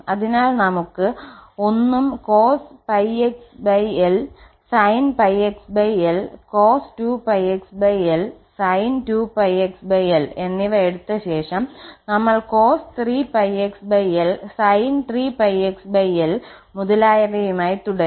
അതിനാൽ നമ്മൾക്ക് 1 ഉം cos𝜋xl sin𝜋xl cos2𝜋xl sin2𝜋xl എന്നിവ എടുത്തശേഷം ഞങ്ങൾ cos3𝜋xl sin3𝜋xl മുതലായവയുമായി തുടരും